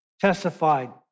testified